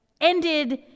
ended